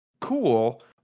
Cool